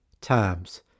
times